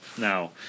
now